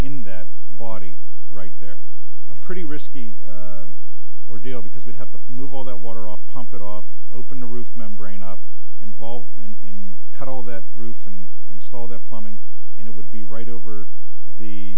in that body right there a pretty risky ordeal because we'd have to move all that water off pump it off open the roof membrane up involved in cut all that roof and install the plumbing and it would be right over the